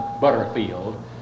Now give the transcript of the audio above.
Butterfield